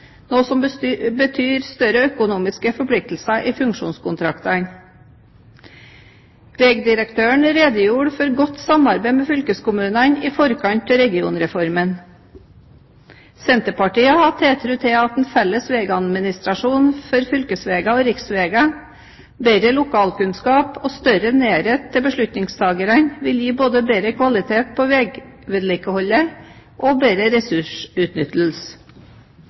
noe som betyr større økonomiske forpliktelser i funksjonskontraktene. Vegdirektøren redegjorde for godt samarbeid med fylkeskommunene i forkant av regionreformen. Senterpartiet har tiltro til at en felles veiadministrasjon for fylkesveier og riksveier, bedre lokalkunnskap og større nærhet til beslutningstakerne, vil gi både bedre kvalitet på veivedlikeholdet og bedre ressursutnyttelse.